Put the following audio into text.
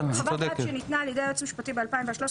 חוות דעת שניתנה על ידי היועץ המשפטי ב-2013,